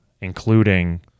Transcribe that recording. including